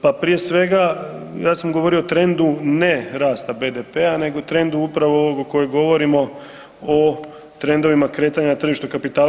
Pa prije svega ja sam govorio o trendu ne rasta BDP-a nego trendu upravo ovog o kojem govorimo o trendovima kretanja na tržištu kapitala.